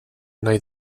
nahi